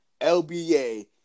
LBA